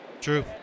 True